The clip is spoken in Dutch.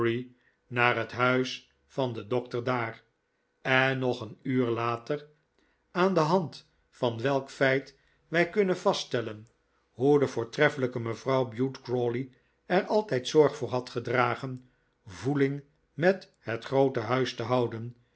naar het huis van den dokter daar en nog een uur later aan de hand van welk feit wij kunnen vaststellen hoe de voortreffelijke mevrouw bute crawley er altijd zorg voor had gedragen voeling met het groote huis te houden